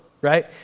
right